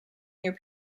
year